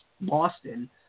Boston